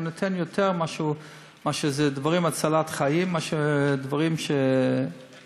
הוא נותן יותר לדברים שהם הצלת חיים מאשר לדברים של חניה.